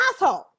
asshole